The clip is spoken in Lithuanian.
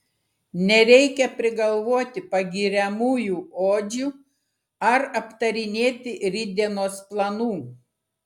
nereikia prigalvoti pagiriamųjų odžių ar aptarinėti rytdienos planų